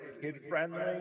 kid-friendly